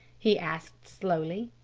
he asked slowly.